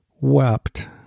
wept